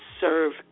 serve